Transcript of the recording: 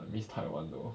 I miss taiwan though